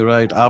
Right